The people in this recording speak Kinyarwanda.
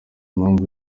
impamvu